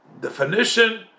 definition